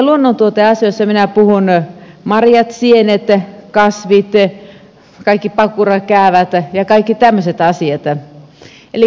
luonnontuoteasioissa minä puhun marjoista sienistä kasveista kaikista pakurakäävistä ja kaikista tämmöisistä asioista